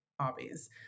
hobbies